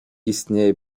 istnieje